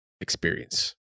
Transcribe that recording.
experience